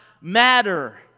matter